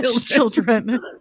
children